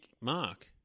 Mark